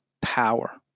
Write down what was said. power